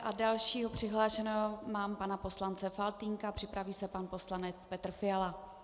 A dalšího přihlášeného mám pana poslance Faltýnka, připraví se pan poslanec Petr Fiala.